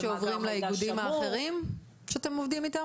כפי שנתונים עוברים לאיגודים האחרים שאתם עובדים איתם?